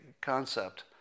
concept